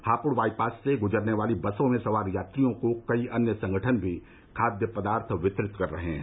Hapur bypass से गुजरने वाली बसों में सवार यात्रियों को कई अन्य संगठन भी खाद्य पदार्थ वितरित कर रहे हैं